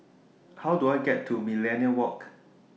How Do I get to Millenia Walk